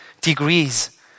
degrees